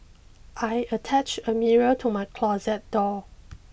I attach a mirror to my closet door